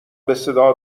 بصدا